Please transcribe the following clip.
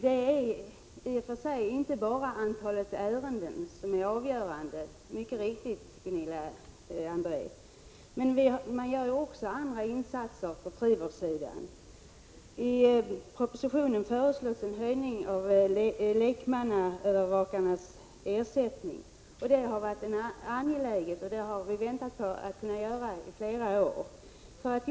Det är i och för sig inte bara antalet ärenden som är avgörande — det är helt riktigt, Gunilla André. Man gör också andra insatser på frivårdssidan. I propositionen föreslås en höjning av lekmannaövervakarnas ersättning. Detta är en angelägen åtgärd, och den har vi i flera år väntat på att få vidta.